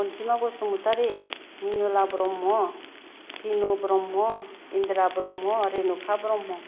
Anjima Basumatary Minula Brahma Phinu Brahma Indira Brahma Renuka Brahma